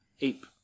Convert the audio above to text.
ape